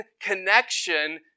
connection